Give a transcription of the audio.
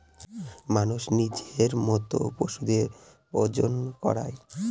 মানুষ নিজের মত পশুদের প্রজনন করায়